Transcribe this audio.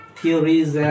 theories &